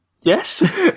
Yes